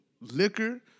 liquor